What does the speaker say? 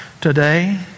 today